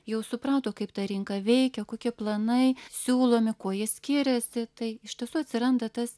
jau suprato kaip ta rinka veikia kokie planai siūlomi kuo jie skiriasi tai iš tiesų atsiranda tas